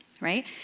right